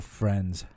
friends